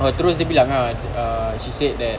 ah terus dia bilang ah ah she said that